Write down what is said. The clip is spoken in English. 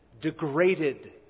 degraded